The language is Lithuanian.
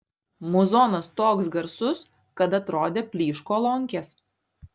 muzonas toks garsus kad atrodė plyš kolonkės